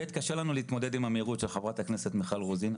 קשה לנו להתמודד עם המהירות של חברת הכנסת מיכל רוזין,